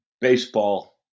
baseball